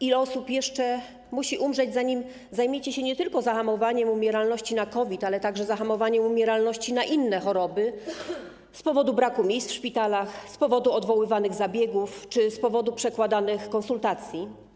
Ile osób jeszcze musi umrzeć, zanim zajmiecie się nie tylko zahamowaniem umieralności na COVID, ale także zahamowaniem umieralności na inne choroby z powodu braku miejsc w szpitalach, z powodu odwoływanych zabiegów czy z powodu przekładanych konsultacji?